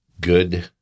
good